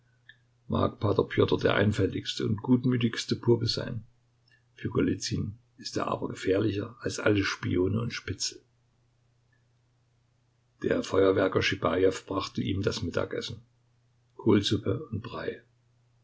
pjotr der einfältigste und gutmütigste pope sein für golizyn ist er aber gefährlicher als alle spione und spitzel der feuerwerker schibajew brachte ihm das mittagessen kohlsuppe und brei